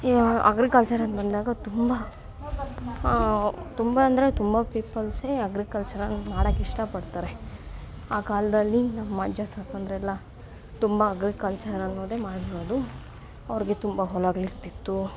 ಅಗ್ರಿಕಲ್ಚರಂತ ಬಂದಾಗ ತುಂಬ ತುಂಬ ಅಂದರೆ ತುಂಬ ಪೀಪಲ್ಸೆ ಅಗ್ರಿಕಲ್ಚರಾಗಿ ಮಾಡೋಕೆ ಇಷ್ಟಪಡ್ತಾರೆ ಆ ಕಾಲದಲ್ಲಿ ನಮ್ಮಜ್ಜ ತಾತಂದಿರೆಲ್ಲ ತುಂಬ ಅಗ್ರಿಕಲ್ಚರನ್ನೋದೆ ಮಾಡಿರೋದು ಅವ್ರಿಗೆ ತುಂಬ ಹೊಲಗಳಿರ್ತಿತ್ತು